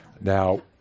Now